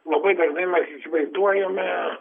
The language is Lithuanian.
labai dažnai mes įsivaizduojame